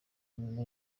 nyuma